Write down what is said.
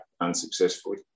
unsuccessfully